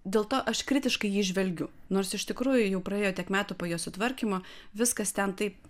dėl to aš kritiškai į jį žvelgiu nors iš tikrųjų jau praėjo tiek metų po jo sutvarkymo viskas ten taip